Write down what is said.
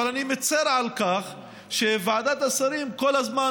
אבל אני מצר על כך שוועדת השרים כל הזמן